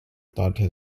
data